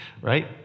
right